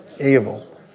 evil